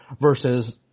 versus